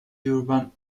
urban